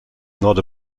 not